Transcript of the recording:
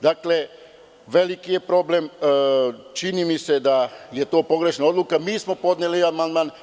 Dakle, veliki je problem, čini mi se da je to pogrešna odluka, mi smo podneli amandman.